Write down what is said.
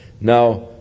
Now